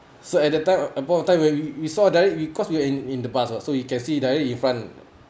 so at that time at point of time when we we saw direct we cause in in the bus [what] so we can see directly in front